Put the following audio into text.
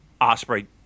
Osprey